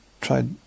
tried